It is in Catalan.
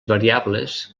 variables